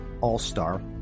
All-Star